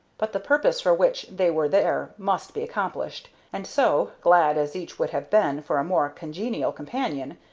but the purpose for which they were there must be accomplished, and so, glad as each would have been for a more congenial companion,